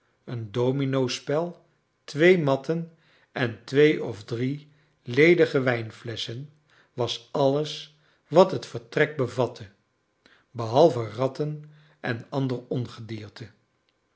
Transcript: een dominospel twee matten en twee of drie ledige wijnflesschen was alles wat het vertrek bevatte behalve ratten en andcr ongedierte